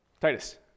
Titus